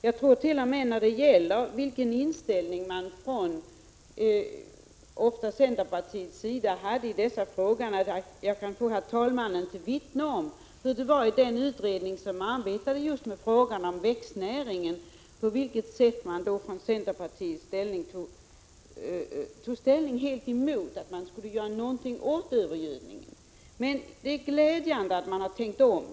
Jag kan ta herr talmannen till vittne på hur det var i den utredning som arbetade just med frågan om växtnäringen, då man från centerpartiets sida helt tog ställning mot att man skulle göra någonting åt övergödningen. Men det är glädjande att man har tänkt om.